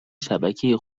شبکه